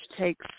takes